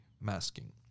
masking